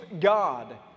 God